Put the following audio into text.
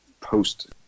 post